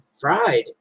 fried